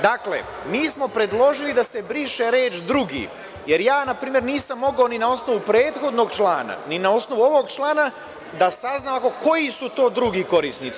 Dakle, mi smo predložili da se briše reč „drugi“ jer ja npr. nisam mogao ni na osnovu prethodnog člana, ni na osnovu ovog člana da saznamo koji su to drugi korisnici?